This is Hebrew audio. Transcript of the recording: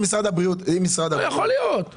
יכול להיות.